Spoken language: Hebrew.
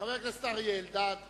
חבר הכנסת אריה אלדד,